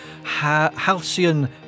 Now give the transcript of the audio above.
Halcyon